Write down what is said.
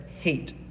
hate